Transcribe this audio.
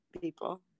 people